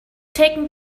taken